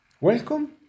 Welcome